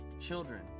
Children